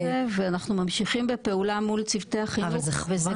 אנחנו מברכים על זה ואנחנו ממשיכים בפעולה מול צוותי החינוך כל הזמן.